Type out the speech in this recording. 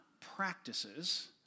practices